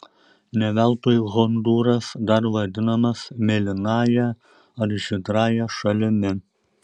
ne veltui hondūras dar vadinamas mėlynąja ar žydrąja šalimi